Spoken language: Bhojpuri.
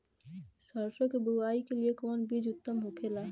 सरसो के बुआई के लिए कवन बिज उत्तम होखेला?